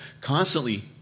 constantly